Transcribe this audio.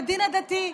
בדין הדתי,